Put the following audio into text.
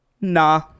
Nah